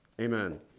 Amen